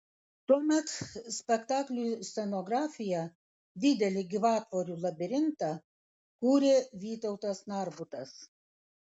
tuomet spektakliui scenografiją didelį gyvatvorių labirintą kūrė vytautas narbutas